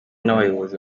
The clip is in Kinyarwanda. n’abayobozi